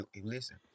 Listen